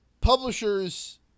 publishers